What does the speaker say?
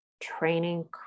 training